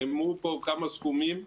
נאמרו פה כמה סכומים.